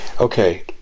okay